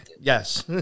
Yes